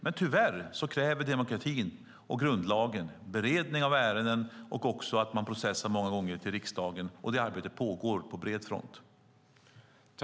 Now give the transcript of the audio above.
Men tyvärr kräver demokratin och grundlagen beredning av ärenden och också att man processar många gånger till riksdagen. Det arbetet pågår på bred front.